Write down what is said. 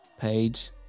page